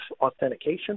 authentication